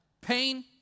pain